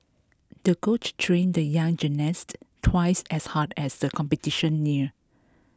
the coach trained the young gymnast twice as hard as the competition neared